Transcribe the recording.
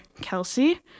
Kelsey